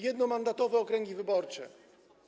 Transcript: Jednomandatowe okręgi wyborcze.